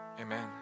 Amen